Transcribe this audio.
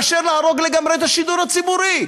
מאשר להרוג לגמרי את השידור הציבורי.